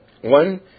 One